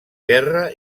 guerra